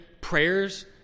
prayers